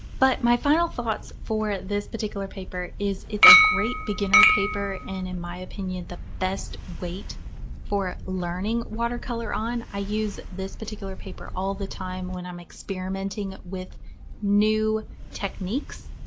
but my final thoughts for this particular paper is it's a great beginner paper and in my opinion the best weight for learning watercolor on. i use this particular paper all the time when i'm experimenting with new techniques,